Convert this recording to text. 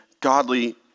godly